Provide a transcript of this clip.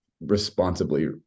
responsibly